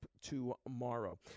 tomorrow